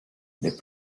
les